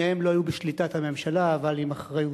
שניהם לא היו בשליטת הממשלה, אבל עם אחריותה.